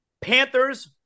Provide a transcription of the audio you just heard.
Panthers